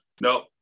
no